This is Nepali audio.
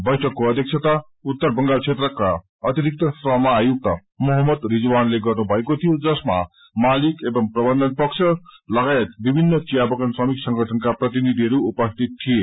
बैठकको अध्यक्षता उत्तर बंगाल क्षेत्रका अतिरिक्त श्रम आयुक्त मोहम्मद रिजवानले गर्नुभएको थियो जसमा मालिक एवं प्रबन्धन लगायत विशीन चियाबगान श्रकि संगठनका दाप्रतिनिधिहरू उपस्थित थिए